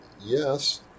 Yes